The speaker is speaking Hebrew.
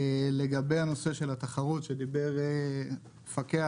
לגבי הנושא של התחרות שדיבר המפקח,